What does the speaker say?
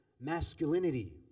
masculinity